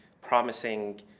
promising